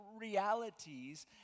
realities